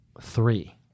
Three